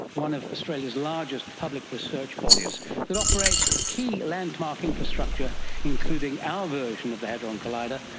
one of australia's largest public research bodies that operates key landmark infrastructure including our version of the hadron collider,